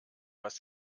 was